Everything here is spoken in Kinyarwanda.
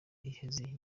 iheze